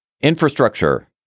Infrastructure